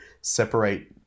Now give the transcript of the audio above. separate